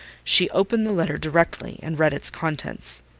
she opened the letter directly, and read its contents.